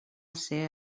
ser